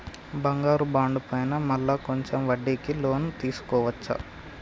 బంగారు బాండు పైన మళ్ళా కొంచెం వడ్డీకి లోన్ తీసుకోవచ్చా?